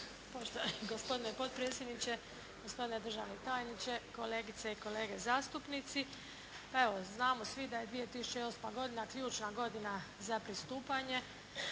Poštovani gospodine potpredsjedniče, gospodine državni tajniče, kolegice i kolege zastupnici. Pa evo znamo svi da je 2008. godina ključna godina za pristupanje